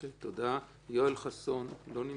יואל חסון לא נמצא.